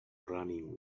running